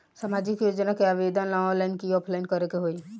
सामाजिक योजना के आवेदन ला ऑनलाइन कि ऑफलाइन करे के होई?